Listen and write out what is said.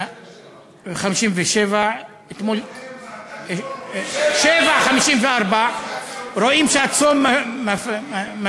57. 19:54. רואים שהצום משפיע.